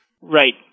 Right